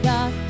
God